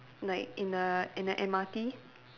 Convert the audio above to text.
like in a in a M_R_T